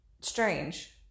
strange